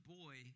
boy